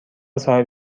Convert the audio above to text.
صاحب